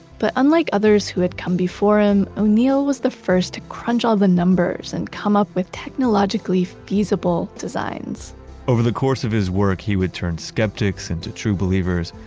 but unlike others who had come before him, o'neill was the first to crunch all the numbers and come up with technologically feasible designs over the course of his work he would turn skeptics into true believers,